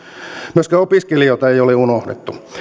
myöskään opiskelijoita ei ole unohdettu